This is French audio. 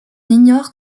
ignore